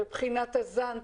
ובחינת הזן,